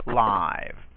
live